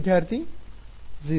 ವಿದ್ಯಾರ್ಥಿ 0